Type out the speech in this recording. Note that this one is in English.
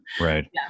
Right